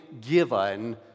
given